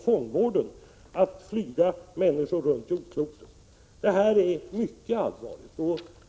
Uppgifter att flyga med människor runt jordklotet läggs i stället på fångvården. Detta är mycket allvarligt.